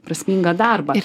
prasmingą darbą